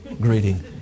greeting